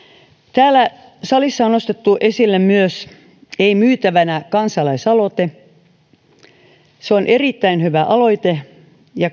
täällä salissa on nostettu esille myös ei myytävänä kansalaisaloite se on erittäin hyvä aloite ja